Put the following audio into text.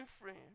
friend